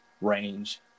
range